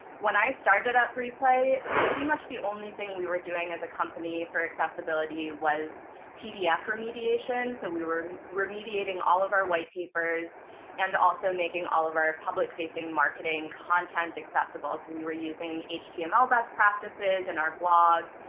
when i started at three play, pretty much the only thing we were doing as a company for accessibility was pdf remediation. so we were remediating all of our white papers and also making all of our public facing marketing content accessible as we were using html best practices in and our blog,